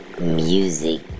music